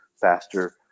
faster